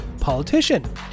politician